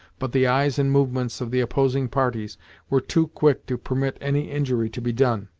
but the eyes and movements of the opposing parties were too quick to permit any injury to be done.